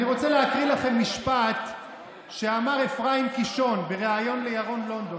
אני רוצה להקריא לכם משפט שאמר אפרים קישון בראיון לירון לונדון.